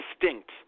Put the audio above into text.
distinct